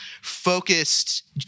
focused